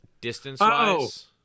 distance-wise